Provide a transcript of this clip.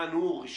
אני לוקח